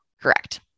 correct